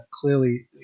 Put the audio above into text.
Clearly